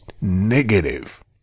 negative